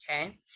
okay